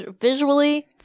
visually